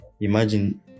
Imagine